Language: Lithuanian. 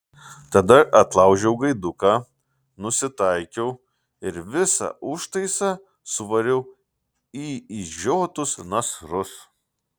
tada atlaužiau gaiduką nusitaikiau ir visą užtaisą suvariau į išžiotus nasrus